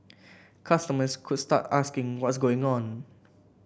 customers could start asking what's going on